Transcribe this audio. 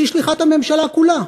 שהיא שליחת הממשלה כולה,